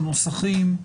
הנוסחים,